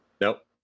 nope